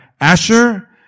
Asher